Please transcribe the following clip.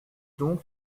donc